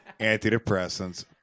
Antidepressants